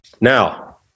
now